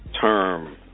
term